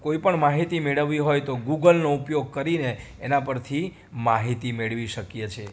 કોઈપણ માહિતી મેળવવી હોય તો ગૂગલનો ઉપયોગ કરીને એના પરથી માહિતી મેળવી શકીએ છીએ